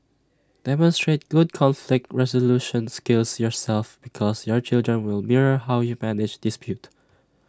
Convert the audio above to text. demonstrate good conflict resolution skills yourself because your children will mirror how you manage dispute